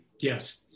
Yes